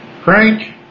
Crank